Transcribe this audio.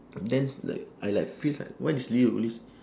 then like I like feel like why this lady only